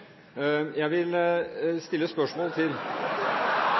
Jeg vil stille spørsmål til